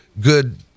good